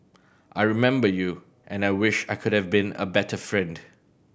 I remember you and I wish I could have been a better friend